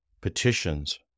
petitions